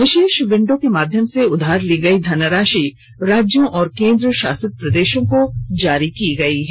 विशेष window के माध्यम से उधार ली गई धनराशि राज्यों और केंद्रशासित प्रदेशों को जारी ेकी गई है